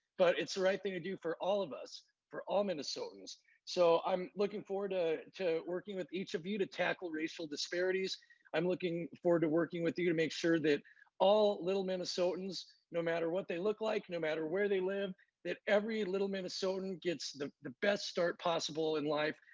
but it's the right thing to do for all of us for all minnesotans so i'm looking forward ah to working with each of you to tackle racial disparities i'm looking forward to working with you to make sure that all little minnesotans no matter what they look like no matter where they live that every little minnesotan gets the the best start possible in life.